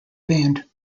band